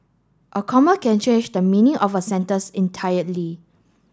a comma can change the meaning of a sentence entirely